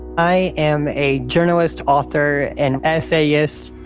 i am a journalist, author and essayist.